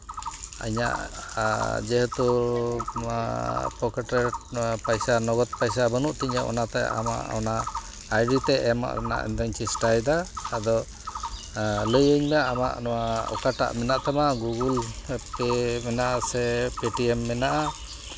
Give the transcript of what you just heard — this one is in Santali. ᱤᱧᱟᱹᱜ ᱡᱮᱦᱮᱛᱩ ᱱᱚᱣᱟ ᱯᱚᱠᱮᱴ ᱨᱮ ᱱᱚᱣᱟ ᱯᱚᱭᱥᱟ ᱱᱚᱜᱚᱫ ᱯᱚᱭᱥᱟ ᱵᱟᱹᱱᱩᱜ ᱛᱤᱧᱟᱹ ᱚᱱᱟᱛᱮ ᱟᱢᱟᱜ ᱚᱱᱟ ᱟᱭᱰᱤ ᱛᱮ ᱮᱢᱚᱜ ᱨᱮᱱᱟᱜ ᱤᱧ ᱫᱩᱧ ᱪᱮᱥᱴᱟᱭᱮᱫᱟ ᱟᱫᱚ ᱞᱟᱹᱭᱟᱹᱧ ᱢᱮ ᱟᱢᱟᱜ ᱱᱚᱣᱟ ᱚᱠᱟᱴᱟᱜ ᱢᱮᱱᱟᱜ ᱛᱟᱢᱟ ᱜᱩᱜᱩᱞ ᱯᱮ ᱢᱮᱱᱟᱜ ᱟᱥᱮ ᱯᱮᱴᱤᱭᱮᱢ ᱢᱮᱱᱟᱜᱼᱟ